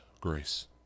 grace